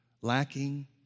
lacking